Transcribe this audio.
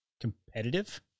Competitive